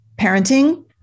parenting